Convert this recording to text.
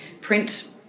print